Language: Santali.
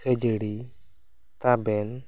ᱠᱷᱟᱹᱡᱟᱹᱲᱤ ᱛᱟᱵᱮᱱ